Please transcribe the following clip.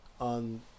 on